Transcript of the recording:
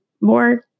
more